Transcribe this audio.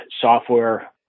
software